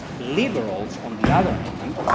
liberals, on the other hand,